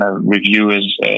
reviewers